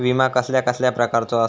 विमा कसल्या कसल्या प्रकारचो असता?